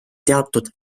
teatud